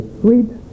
sweet